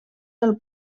del